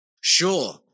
sure